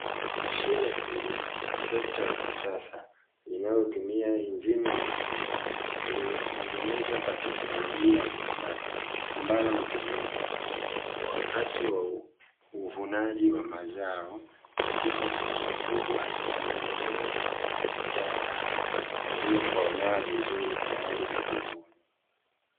Mashine ya kilimo trekta la kisasa linalotumia injini ya mafuta iliyotengenezwa katika teknolojia ya kisasa, ambalo hutumiwa wakati wa uvunaji wa mazao katika shamba kubwa lililomea mazao hayo yaliyo komaa vizuri tayari kuvunwa.